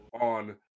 on